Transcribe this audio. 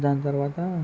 దాని తర్వాత